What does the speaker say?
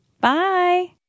Bye